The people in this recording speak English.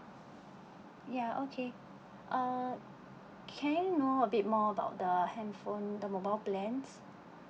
ya okay uh can I know a bit more about the handphone the mobile plans